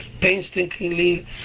painstakingly